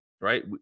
right